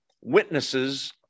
witnesses